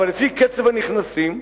אבל לפי קצב הנכנסים,